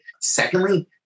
Secondly